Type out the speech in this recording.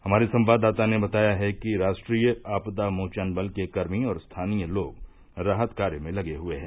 हमारे संवाददाता ने बताया है कि राष्ट्रीय आपदा मोचन बल के कर्मी और स्थानीय लोग राहत कार्य में लगे हुए हैं